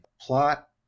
plot